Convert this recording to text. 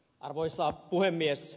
arvoisa puhemies